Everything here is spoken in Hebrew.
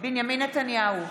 בנימין נתניהו,